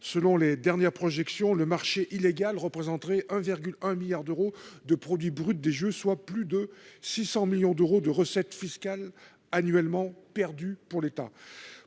selon les dernières projections le marché illégal représenterait 1,1 milliard d'euros de produit brut des jeux, soit plus de 600 millions d'euros de recettes fiscales annuellement perdu pour l'État